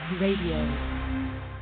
Radio